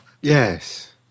Yes